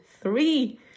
three